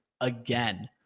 again